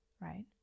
right